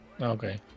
Okay